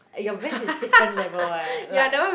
your Vans is different level [what] like